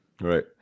Right